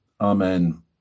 amen